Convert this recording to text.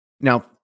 Now